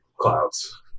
clouds